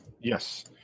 Yes